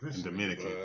Dominican